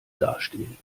dastehen